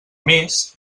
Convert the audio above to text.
més